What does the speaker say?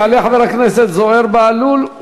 יעלה חבר הכנסת זוהיר בהלול,